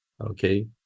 Okay